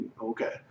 okay